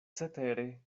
cetere